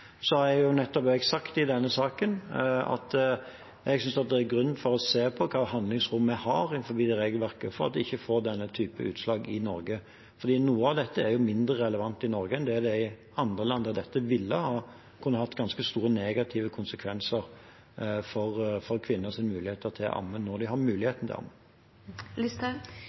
Så har jeg i denne saken nettopp sagt at jeg synes det er grunn til å se på hva slags handlingsrom vi har innenfor det regelverket, slik at vi ikke får denne typen utslag i Norge. For noe av dette er mindre relevant i Norge enn det er i andre land, der dette ville kunne hatt ganske store negative konsekvenser for kvinners mulighet til å amme, når de har mulighet til